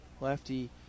Lefty